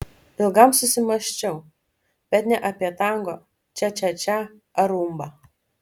ilgam susimąsčiau bet ne apie tango čia čia čia ar rumbą